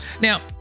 now